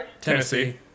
Tennessee